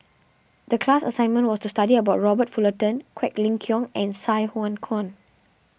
the class assignment was to study about Robert Fullerton Quek Ling Kiong and Sai Hua Kuan